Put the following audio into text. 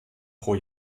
pro